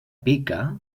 pica